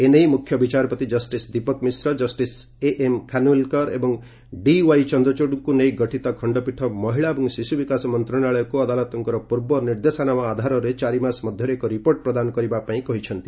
ଏ ନେଇ ମୁଖ୍ୟବିଚାରପତି justice Dipak Mishra justice AM Khanwilkar ଏବଂ ଡିୱାଇ ଚନ୍ଦ୍ରଚୂଡ଼ଙ୍କୁ ନେଇ ଗଠିତ ଖଣ୍ଡପୀଠ ମହିଳା ଏବଂ ଶିଶୁ ବିକାଶ ମନ୍ତ୍ରଣାଳୟକୁ ଅଦାଲତଙ୍କର ପୂର୍ବ ନିର୍ଦ୍ଦେଶନାମା ଆଧାରରେ ଚାରିମାସ ମଧ୍ୟରେ ଏକ ରିପୋର୍ଟ ପ୍ରଦାନ କରିବା ପାଇଁ କହିଛନ୍ତି